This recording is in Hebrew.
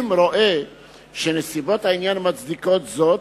אם הוא רואה שנסיבות העניין מצדיקות זאת.